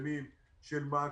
שלמים של מעקב,